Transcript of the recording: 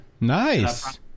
nice